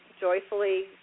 joyfully